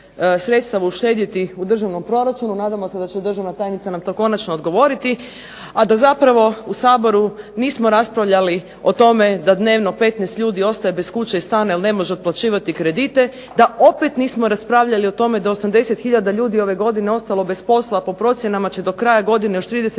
uštedjeti u državnom proračunu. Nadamo se da će državna tajnica na to konačno odgovoriti, a da zapravo u Saboru nismo raspravljali o tome da dnevno 15 ljudi ostaje bez kuće i stana jer ne može otplaćivati kredite, da opet nismo raspravljali o tome da 80 hiljada ljudi je ove godine ostalo bez posla, a po procjenama će do kraja godine još 30000